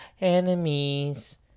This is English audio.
enemies